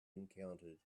encountered